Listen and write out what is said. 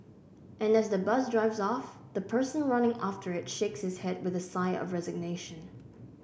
and as the bus drives off the person running after it shakes his head with a sigh of resignation